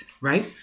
right